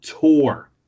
tour